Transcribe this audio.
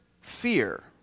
fear